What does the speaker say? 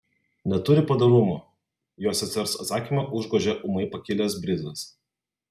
neturi padorumo jo sesers atsakymą užgožė ūmai pakilęs brizas